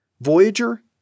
Voyager